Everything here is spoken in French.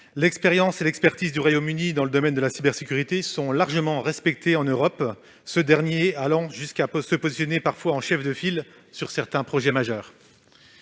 L'expérience et l'expertise de ce pays dans le domaine de la cybersécurité sont largement respectées en Europe, le Royaume-Uni allant jusqu'à se positionner parfois en chef de file sur certains projets majeurs.